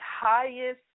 highest